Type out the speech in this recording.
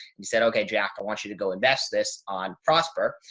you said, okay, jack, i want you to go invest this on prosper.